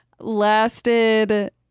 Lasted